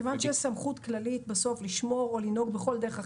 יש סמכות כללית בסוף לשמור או לנהוג בכל דרך אחרת,